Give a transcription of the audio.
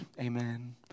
amen